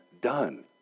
done